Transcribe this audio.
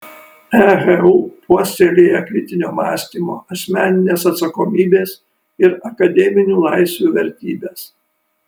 ehu puoselėja kritinio mąstymo asmeninės atsakomybės ir akademinių laisvių vertybes